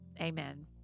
Amen